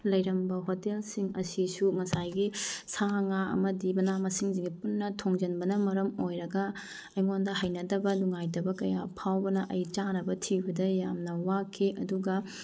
ꯂꯩꯔꯝꯕ ꯍꯣꯇꯦꯜꯁꯤꯡ ꯑꯁꯤꯁꯨ ꯉꯁꯥꯏꯒꯤ ꯁꯥ ꯉꯥ ꯑꯃꯗꯤ ꯃꯅꯥ ꯃꯁꯤꯡꯁꯤꯡꯁꯦ ꯄꯨꯟꯅ ꯊꯣꯡꯖꯤꯟꯕꯅ ꯃꯔꯝ ꯑꯣꯏꯔꯒ ꯑꯩꯉꯣꯟꯗ ꯍꯩꯅꯗꯕ ꯅꯨꯡꯉꯥꯏꯇꯕ ꯀꯌꯥ ꯐꯥꯎꯕꯅ ꯑꯩ ꯆꯥꯅꯕ ꯊꯤꯕꯗ ꯌꯥꯝꯅ ꯋꯥꯈꯤ ꯑꯗꯨꯒ